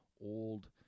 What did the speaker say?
old